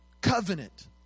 Covenant